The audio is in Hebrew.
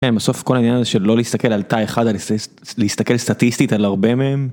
בסוף כל העניין של לא להסתכל על תא אחד אלא להסתכל סטטיסטית על הרבה מהם.